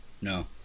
No